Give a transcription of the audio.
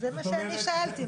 זה מה שאני שאלתי.